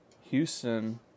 Houston